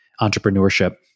entrepreneurship